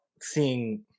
seeing